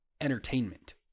Entertainment